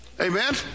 Amen